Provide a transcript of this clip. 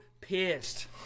pissed